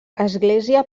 església